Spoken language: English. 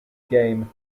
game